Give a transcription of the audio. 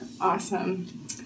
Awesome